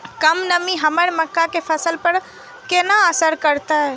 कम नमी हमर मक्का के फसल पर केना असर करतय?